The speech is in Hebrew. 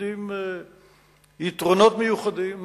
שנותנים יתרונות מיוחדים,